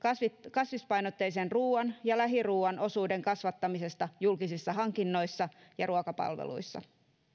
kasvispainotteisen ruuan ja lähiruuan osuuden kasvattamisesta julkisissa hankinnoissa ja ruokapalveluissa